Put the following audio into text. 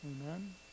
Amen